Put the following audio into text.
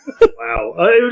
Wow